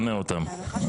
שונא אותם.